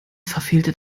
verfehlte